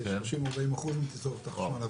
30% 40% מתצרוכת החשמל.